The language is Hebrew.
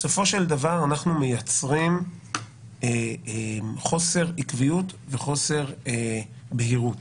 בסופו של דבר אנחנו מייצרים חוסר עקביות וחוסר בהירות.